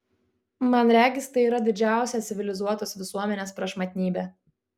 man regis tai yra didžiausia civilizuotos visuomenės prašmatnybė